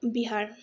Bihar